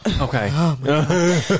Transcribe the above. Okay